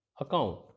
account